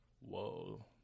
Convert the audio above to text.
Whoa